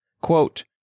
quote